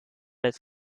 als